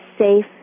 safe